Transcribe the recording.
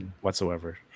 whatsoever